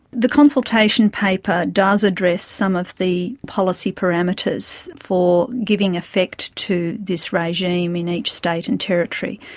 the consultation paper does address some of the policy parameters for giving effect to this regime in each state and territory.